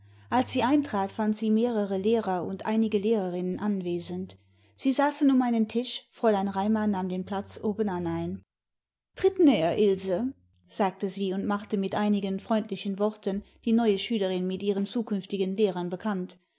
als sie eintrat fand sie mehrere lehrer und einige lehrerinnen anwesend sie saßen um einen tisch fräulein raimar nahm den platz obenan ein tritt näher ilse sagte sie und machte mit einigen freundlichen worten die neue schülerin mit ihren zukünftigen lehrern bekannt